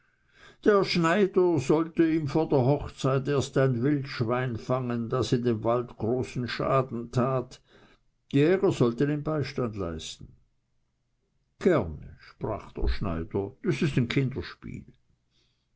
der schneider sollte ihm vor der hochzeit erst ein wildschwein fangen das in dem wald großen schaden tat die jäger sollten ihm beistand leisten gerne sprach der schneider das ist ein kinderspiel